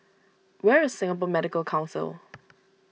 where is Singapore Medical Council